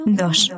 dos